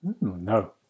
No